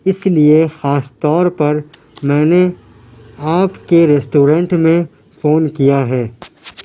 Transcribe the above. اس لیے خاص طور پر میں نے آپ کے ریسٹورنٹ میں فون کیا ہے